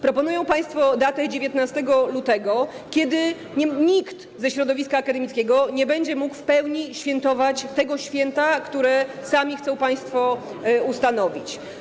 Proponują państwo datę 19 lutego, kiedy nikt ze środowiska akademickiego nie będzie mógł w pełni obchodzić tego święta, które sami chcą państwo ustanowić.